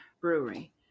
brewery